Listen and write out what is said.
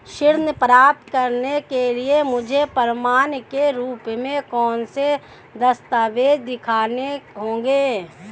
ऋण प्राप्त करने के लिए मुझे प्रमाण के रूप में कौन से दस्तावेज़ दिखाने होंगे?